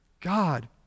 God